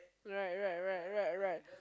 right right right right right